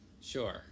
Sure